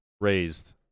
raised